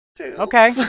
Okay